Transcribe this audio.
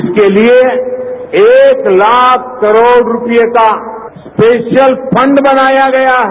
इसके लिए एक लाख करोड़ रूपये का स्पेशल फंड बनाया गया है